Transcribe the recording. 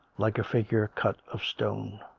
like a figure cut of stone.